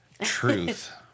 Truth